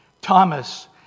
Thomas